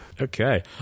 Okay